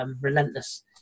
relentless